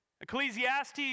Ecclesiastes